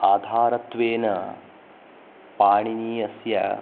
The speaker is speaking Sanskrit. आधारत्वेन पाणिनेः